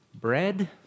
bread